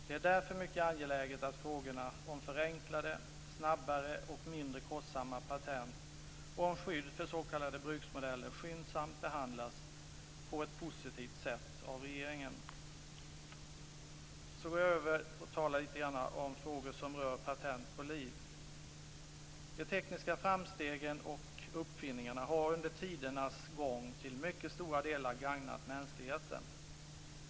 Det är därför mycket angeläget att frågorna om förenklade, snabbare och mindre kostsamma patent och om skydd för s.k. bruksmodeller skyndsamt behandlas på ett positivt sätt av regeringen. Jag går nu över till att tala om frågor som rör patent på liv. De tekniska framstegen och uppfinningarna har under tidernas gång till mycket stora delar gagnat mänskligheten.